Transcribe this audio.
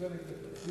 להצביע נגד התקציב?